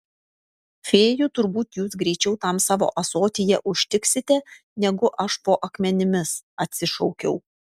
fėjų turbūt jūs greičiau tam savo ąsotyje užtiksite negu aš po akmenimis atsišaukiau